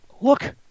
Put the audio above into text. look